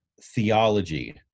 theology